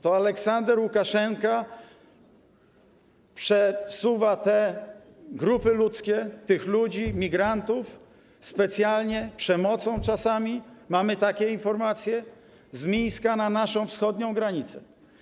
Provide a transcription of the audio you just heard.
To Aleksander Łukaszenka przesuwa te grupy ludzkie, tych ludzi, migrantów specjalnie, czasami przemocą - mamy takie informacje - z Mińska na naszą wschodnią granicę.